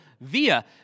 Via